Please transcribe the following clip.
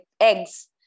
eggs